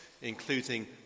including